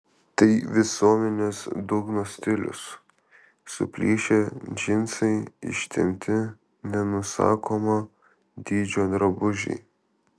tai visuomenės dugno stilius suplyšę džinsai ištempti nenusakomo dydžio drabužiai